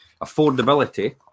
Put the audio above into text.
affordability